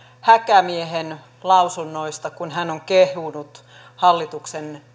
häkämiehen lausunnoista kun hän on kehunut hallituksen esityksiä